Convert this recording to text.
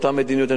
אותה מדיניות,